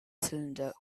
cylinder